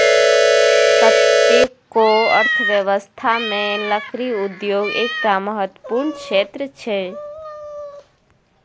कतेको अर्थव्यवस्थामे लकड़ी उद्योग एकटा महत्वपूर्ण क्षेत्र छै